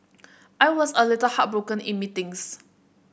I was a little heartbroken in meetings